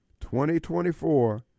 2024